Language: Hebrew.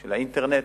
של אינטרנט.